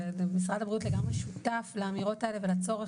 משרד הבריאות לגמרי שותף לאמירות האלה ואני חושבת